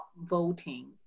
voting